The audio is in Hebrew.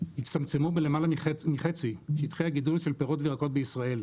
יצמצמו בלמעלה מחצי שטחי הגידול של פירות וירקות בישראל,